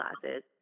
classes